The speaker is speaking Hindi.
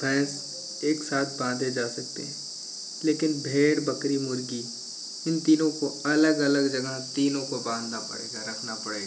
भैँस एक साथ पाले जा सकते हैं लेकिन भेड़ बकरी मुर्गी इन तीनों को अलग अलग जगह तीनों को बाँधना पड़ेगा रखना पड़ेगा